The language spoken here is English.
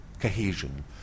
cohesion